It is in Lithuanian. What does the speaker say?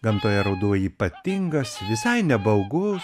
gamtoje ruduo ypatingas visai nebaugus